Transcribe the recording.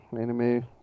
anime